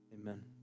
Amen